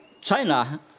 China